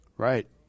Right